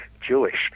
Jewish